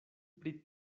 pri